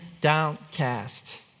downcast